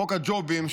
חוק הג'ובים,